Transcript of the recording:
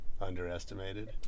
underestimated